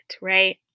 right